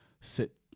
sit